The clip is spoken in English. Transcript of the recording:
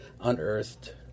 unearthed